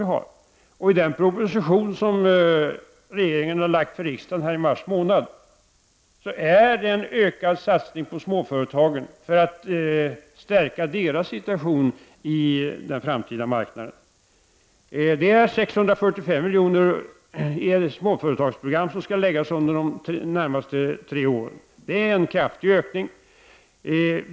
I den proposition som regeringen i mars månad förelade riksdagen föreslås en ökad satsning på småföretagen för att stärka deras situation på den framtida marknaden. Under de närmaste tre åren satsar vi 645 milj.kr. i ett småföretagsprogram. Detta är en kraftig ökning.